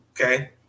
Okay